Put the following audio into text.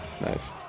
Nice